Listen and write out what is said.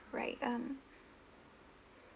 right um